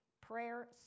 Prayer